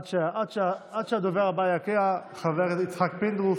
עד שהדובר הבא יגיע, חבר הכנסת יצחק פינדרוס.